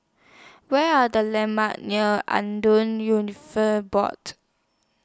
Where Are The landmarks near Board